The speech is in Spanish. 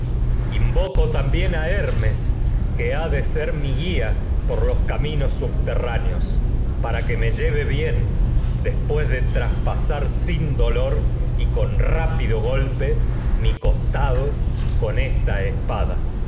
invoco también a hermes que ha de ser mi guía lleve pol los caminos subterráneos para que me bien después costado las de con tíaspasar esta sin dolor y con rápido golpe mi espada